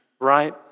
right